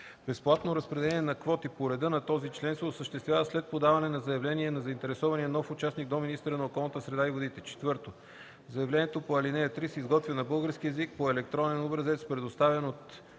Безплатното разпределение на квоти по реда на този член се осъществява след подаване на заявление на заинтересования нов участник до министъра на околната среда и водите. (4) Заявлението по ал. 3 се изготвя на български език по електронен образец, предоставен от